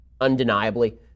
undeniably